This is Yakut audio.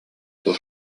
дуо